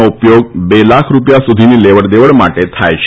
નો ઉપયોગ બે લાખ રૂપિયા સુધીની લેવડ દેવડ માટે થાય છે